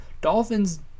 Dolphins